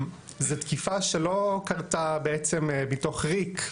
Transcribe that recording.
זו תקיפה שלא קרתה בעצם מתוך ריק,